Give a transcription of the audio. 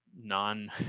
non